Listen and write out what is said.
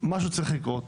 משהו צריך לקרות.